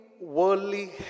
worldly